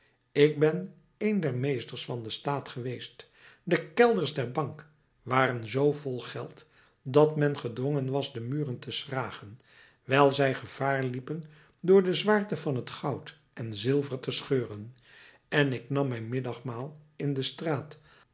ik ben een der meesters van den staat geweest de kelders der bank waren zoo vol geld dat men gedwongen was de muren te schragen wijl zij gevaar liepen door de zwaarte van het goud en zilver te scheuren en ik nam mijn middagmaal in de straat